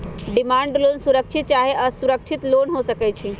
demand loan सुरक्षित चाहे असुरक्षित लोन हो सकइ छै